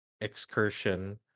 excursion